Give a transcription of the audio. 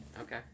Okay